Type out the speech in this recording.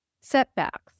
setbacks